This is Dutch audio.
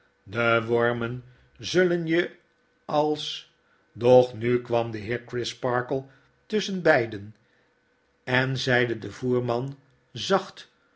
de wormen zullen je als doch nu kwam de heer crisparkle tusschen beiden en zeide den voerman zacht